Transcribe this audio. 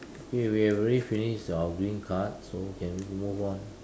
okay we have already finished our green card so can we move on